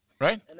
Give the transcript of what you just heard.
right